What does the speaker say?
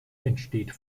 entsteht